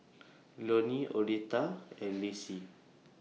Lonie Oleta and Lacy